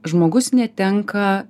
žmogus netenka